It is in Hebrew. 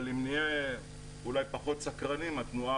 אבל אם נהיה אולי פחות סקרנים התנועה